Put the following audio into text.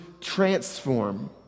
transform